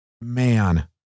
man